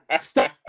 Stop